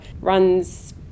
runs